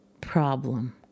problem